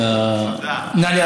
תודה.